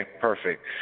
perfect